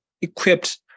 equipped